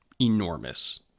enormous